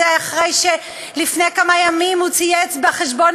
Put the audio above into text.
אחרי שלפני כמה ימים הוא צייץ בחשבון